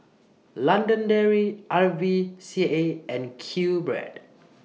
London Dairy R V C A and QBread